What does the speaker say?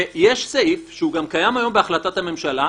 יש סעיף שקיים היום גם בהחלטת הממשלה,